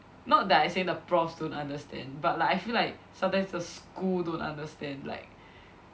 not that I say the profs don't understand but like I feel like sometimes the school don't understand like